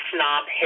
Snob